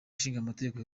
nshingamategeko